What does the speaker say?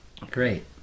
Great